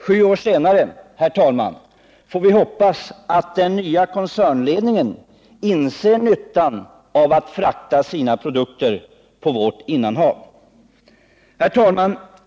Sju år senare får vi, herr talman, hoppas att den nya koncernledningen inser nyttan av att frakta sina produkter på vårt innanhav. Herr talman!